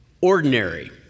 Ordinary